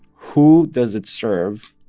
who does it serve?